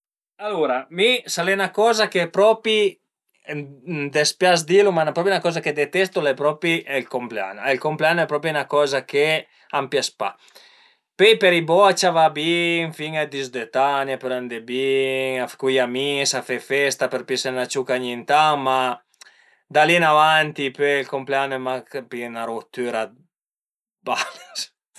Alura mi s'al e 'na coza che propi a më dispias dilu al e propi 'na coza che detestu al e propi ël compleanno, ël compleanno al e propi 'na coza che a m'pias pa, pöi për i bocia a va bin, fin a dizdöt ani a pöl andé bin cun i amis a fe festa për piese 'na ciuca ogni tant ma da li ën avanti ël compleanno al e mach pi 'na rutüra d'bale